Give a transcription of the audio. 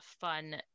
fun